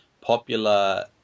popular